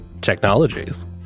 technologies